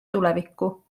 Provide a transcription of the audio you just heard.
tulevikku